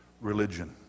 religion